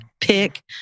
pick